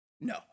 No